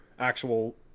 actual